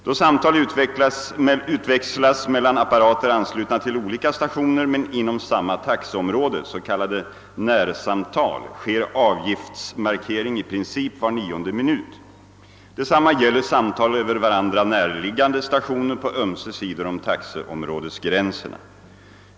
Då samtal utväxlas mellan apparater anslutna till olika stationer men inom samma taxeområde — s.k. närsamtal — sker avgiftsmarkering i princip var nionde minut. Detsamma gäller samtal över varandra närliggande stationer på ömse sidor om taxeområdesgränserna.